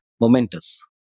momentous